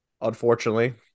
Unfortunately